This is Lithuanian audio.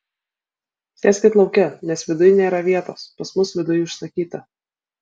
sėskit lauke nes viduj nėra vietos pas mus viduj užsakyta